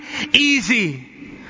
easy